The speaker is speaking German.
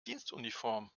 dienstuniform